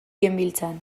genbiltzan